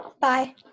Bye